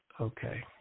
Okay